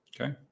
Okay